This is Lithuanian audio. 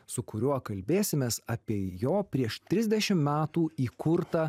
su kuriuo kalbėsimės apie jo prieš trisdešim metų įkurtą